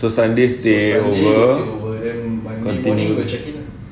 so sunday stay over continue